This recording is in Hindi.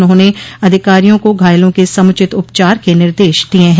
उन्होंने अधिकारियों को घायलों के समुचित उपचार के निर्देश दिये हैं